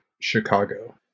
Chicago